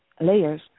layers